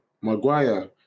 Maguire